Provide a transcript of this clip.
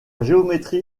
géométrie